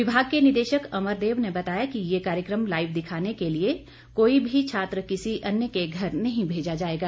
विभाग के निदेशक अमरदेव ने बताया कि ये कार्यक्रम लाइव दिखाने के लिए कोई भी छात्र किसी अन्य के घर नहीं भेजा जाएगा